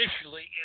initially